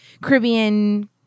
Caribbean